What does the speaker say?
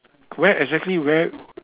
where exactly where